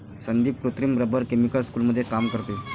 संदीप कृत्रिम rubber chemical स्कूलमध्ये काम करते